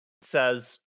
says